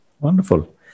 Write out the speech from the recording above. Wonderful